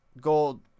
Gold